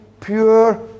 pure